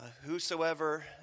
Whosoever